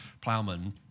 Plowman